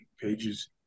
pages